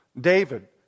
David